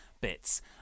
bits